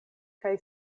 kaj